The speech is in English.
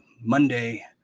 Monday